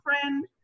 friend